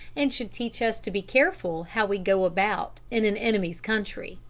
and should teach us to be careful how we go about in an enemy's country,